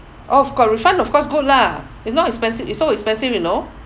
oh got refund of course good lah it's not expensive it's so expensive you know